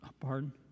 Pardon